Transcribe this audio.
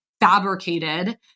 fabricated